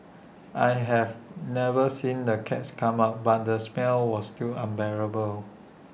I have never seen the cats come out but the smell was still unbearable